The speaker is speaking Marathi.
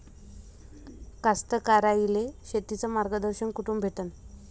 कास्तकाराइले शेतीचं मार्गदर्शन कुठून भेटन?